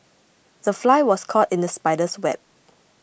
the fly was caught in the spider's web